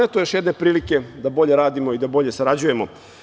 Eto još jedne prilike da bolje radimo i da bolje sarađujemo.